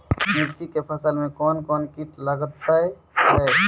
मिर्ची के फसल मे कौन कौन कीट लगते हैं?